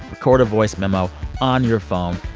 record a voice memo on your phone.